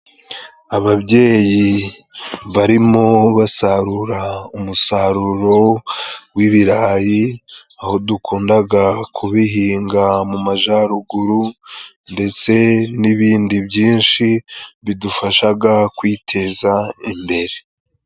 Ababyeyi barimo basarura umusaruro w'ibirayi, aho dukundaga kubihinga mu majaruguru ndetse n'ibindi byinshi bidufashaga kwiteza imbere.